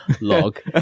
Log